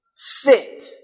fit